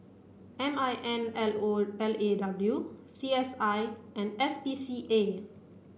M I N L O L A W C S I and S P C A